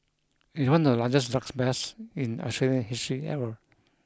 it one of the largest drugs busts in Australian history ever